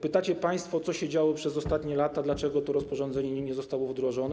Pytacie państwo, co się działo przez ostatnie lata, dlaczego to rozporządzenie nie zostało wdrożone.